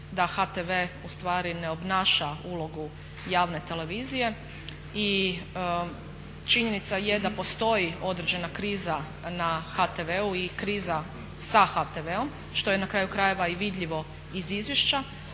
da HTV ustvari ne obnaša ulogu javne televizije i činjenica je da postoji određena kriza na HTV-u i kriza sa HTV-om što je na kraju krajeva i vidljivo iz izvješća